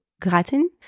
Gratin